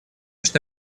что